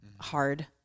hard